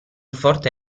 forte